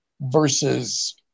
versus